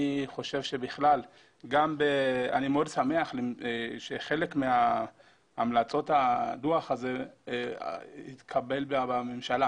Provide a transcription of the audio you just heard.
אני מאוד שמח שחלק מהמלצות הדוח התקבל בממשלה